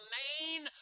main